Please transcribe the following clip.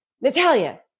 Natalia